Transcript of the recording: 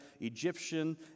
Egyptian